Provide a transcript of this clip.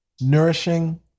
nourishing